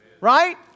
Right